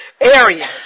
areas